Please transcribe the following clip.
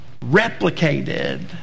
replicated